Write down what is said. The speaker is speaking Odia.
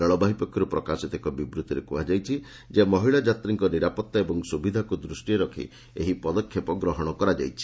ରେଳବାଇ ପକ୍ଷରୁ ପ୍ରକାଶିତ ଏକ ବିବୃଭିରେ କୁହାଯାଇଛି ଯେ ମହିଳା ଯାତ୍ରୀଙ୍କ ନିରାପଭା ଓ ସୁବିଧାକୁ ଦୃଷ୍ଟିରେ ରଖି ଏହି ପଦକ୍ଷେପ ଗ୍ରହଣ କରାଯାଇଛି